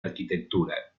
arquitectura